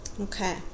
Okay